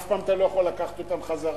אף פעם אתה לא יכול לקחת אותן חזרה,